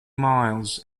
miles